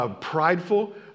Prideful